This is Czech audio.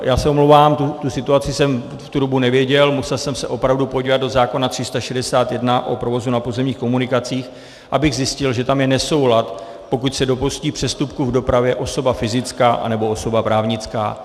Já se omlouvám, tu situaci jsem v tu dobu nevěděl, musel jsem se opravdu podívat do zákona 361, o provozu na pozemních komunikacích, abych zjistil, že tam je nesoulad, pokud se dopustí přestupku v dopravě osoba fyzická anebo osoba právnická.